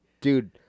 Dude